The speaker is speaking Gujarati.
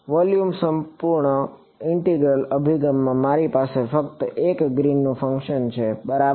વોલ્યુમ સંપૂર્ણ ઇન્ટિગ્રલ અભિગમમાં મારી પાસે ફક્ત એક ગ્રીનનું ફંક્શન છે બરાબર